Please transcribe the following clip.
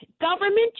government